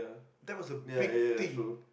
that was a big thing